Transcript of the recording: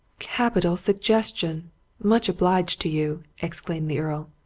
capital suggestion much obliged to you, exclaimed the earl.